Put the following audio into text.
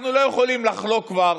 אנחנו לא יכולים לחלוק כבר